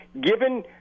given